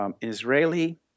Israeli